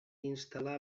instal·lar